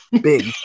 Big